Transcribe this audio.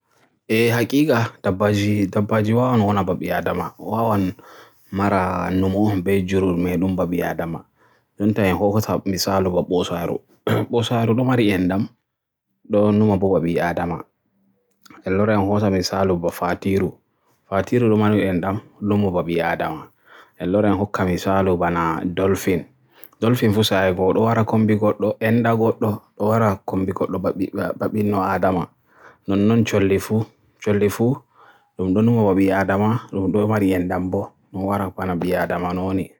Eey, hakika dabbaji wawan mara endam ba ɓi adama ɓe waawi ɗo waɗde yimɓe laawol, kadi doo ɓuri ɓurnde. Rewɓe ɗiɗi kala ɓe waawi waɗde ndimon, no ɓe jogii jam, hoɗugo, ñaamugo, tee sabugo. Nyaamudoji no ɗiɗi like seŋo, chimpanzee, dolphin, elefanti, e kurci ɓe waawi heɓde e yimɓe. Seŋo ɓe ndiyam hoɗi jommakon e ndiyam e sabu so ɓe waawaa jogude. Elefanti ɓe ndiyam ngoodi ka ɓe mbulɗi rewɓe ɓe, e ɓe ndiyam jeyaani goɗɗo. Chimpanzee ɓe ndiyam huɓɓu, fittaare, e ndimon. Dolphin ɓe ndiyam naamni, ɓe ɗon haɗi e rewɓe. Kurci ɗiɗi ko parrot e koro ɓe ndiyam no ɓe yeeyii, tee no ɓe sabaani so rewɓe ɓe ndiyam mbulɗi. Ko ɗuum ndiyam rewɓe waawi jeyaani e leydi ɓe.